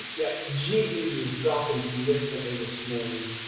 yeah ge is dropping significantly this morning,